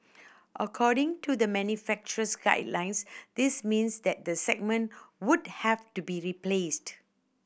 according to the manufacturer's guidelines this means that the segment would have to be replaced